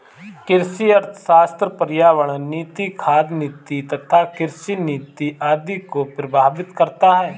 कृषि अर्थशास्त्र पर्यावरण नीति, खाद्य नीति तथा कृषि नीति आदि को प्रभावित करता है